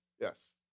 yes